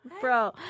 Bro